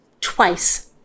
twice